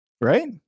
Right